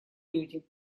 люди